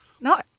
No